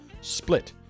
split